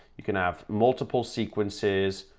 you can have multiple sequences,